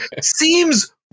seems